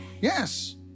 Yes